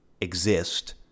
exist